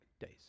days